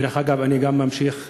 דרך אגב, אני גם ממשיך לעבוד,